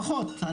פחות.